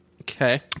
Okay